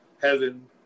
Heaven